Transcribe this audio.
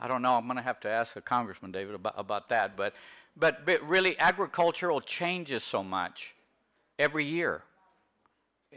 i don't know i'm going to have to ask congressman dave about that but but really agricultural changes so much every year